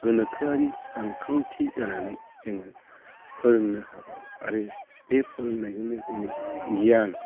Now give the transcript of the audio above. गोनोखोआरि सानखांथि जानानै जोङो फोरोंनो हाबाय आरो बे फोरोंनायजोंनो जोंनि गियान